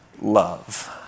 love